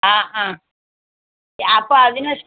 ആ ആ ഇ അപ്പം അതിന്